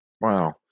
wow